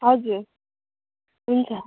हजुर हुन्छ